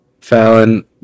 Fallon